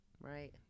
right